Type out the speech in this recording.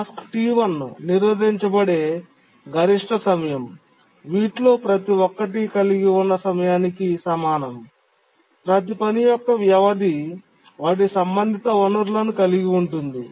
task T1 నిరోధించబడే గరిష్ట సమయం వీటిలో ప్రతి ఒక్కటి కలిగి ఉన్న సమయానికి సమానం ప్రతి పని యొక్క వ్యవధి వాటి సంబంధిత వనరులను కలిగి ఉంటుంది